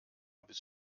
bis